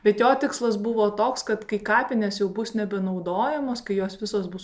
bet jo tikslas buvo toks kad kai kapinės jau bus nebenaudojamos kai jos visos bus